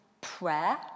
prayer